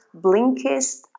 Blinkist